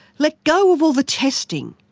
let go of all the testing.